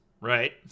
right